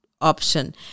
option